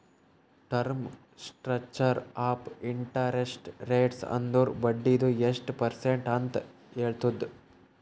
term structure of interest rates ಅಂದುರ್ ಬಡ್ಡಿದು ಎಸ್ಟ್ ಪರ್ಸೆಂಟ್ ಅಂತ್ ಹೇಳ್ತುದ್